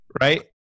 right